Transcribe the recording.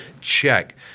Check